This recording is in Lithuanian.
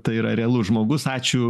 tai yra realus žmogus ačiū